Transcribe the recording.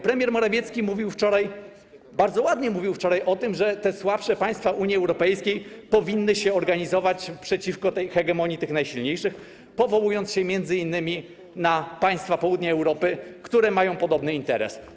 Premier Morawiecki bardzo ładnie mówił wczoraj o tym, że te słabsze państwa Unii Europejskiej powinny się organizować przeciwko hegemonii tych najsilniejszych, powołując się m.in. na państwa południa Europy, które mają podobny interes.